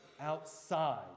outside